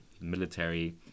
military